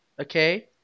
Okay